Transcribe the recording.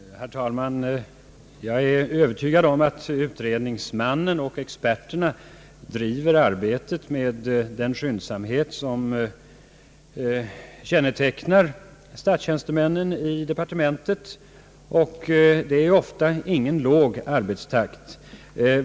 Herr talman! Jag är övertygad om att utredningsmannen och experterna bedriver arbetet med den skyndsamhet som kännetecknar tjänstemännen i departementet, och det är ju ofta ingen låg arbetstakt.